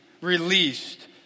released